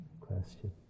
question